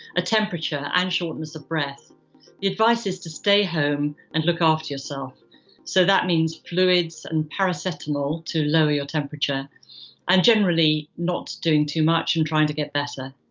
a temperature and shortness of breath, the advice is to stay home and look after yourself so that means fluids and paracetamol to lower your temperature and generally not doing too much and trying to get better.